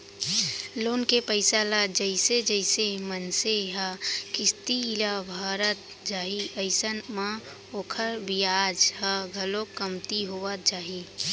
loan के पइसा ल जइसे जइसे मनसे ह किस्ती ल भरत जाही अइसन म ओखर बियाज ह घलोक कमती होवत जाही